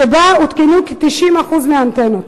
שבה הותקנו כ-90% מהאנטנות.